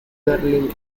berlín